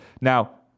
Now